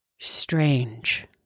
Strange